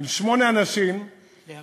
ששמונה אנשים נהרגו,